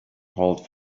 called